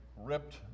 ripped